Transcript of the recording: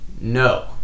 No